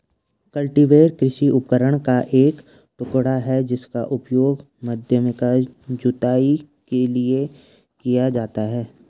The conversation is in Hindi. कल्टीवेटर कृषि उपकरण का एक टुकड़ा है जिसका उपयोग माध्यमिक जुताई के लिए किया जाता है